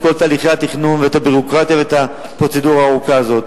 את כל תהליכי התכנון ואת הביורוקרטיה ואת הפרוצדורה הארוכה הזאת.